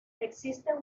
existe